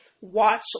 watch